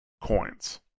coins